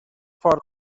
پارک